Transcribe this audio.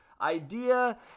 idea